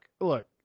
look